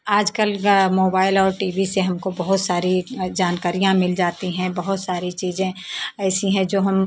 आजकल मोबाइल और TV से हमको बहुत सारी जानकारियाँ मिल जाती हैं बहुत सारी चीज़ें ऐसी हैं जो हम